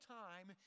time